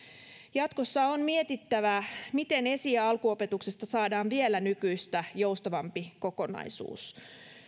jatkossa on mietittävä miten esi ja alkuopetuksesta saadaan vielä nykyistä joustavampi kokonaisuus